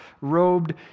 robed